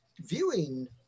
viewing